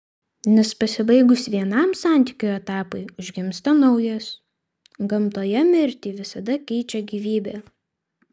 nes pasibaigus vienam santykių etapui užgimsta naujas gamtoje mirtį visada keičia gyvybė